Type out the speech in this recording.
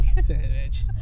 Sandwich